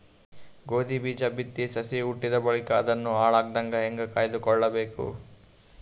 ಗೋಧಿ ಬೀಜ ಬಿತ್ತಿ ಸಸಿ ಹುಟ್ಟಿದ ಬಳಿಕ ಅದನ್ನು ಹಾಳಾಗದಂಗ ಹೇಂಗ ಕಾಯ್ದುಕೊಳಬೇಕು?